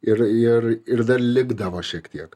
ir ir ir dar likdavo šiek tiek